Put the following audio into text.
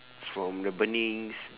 from the burnings